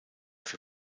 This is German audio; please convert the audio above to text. für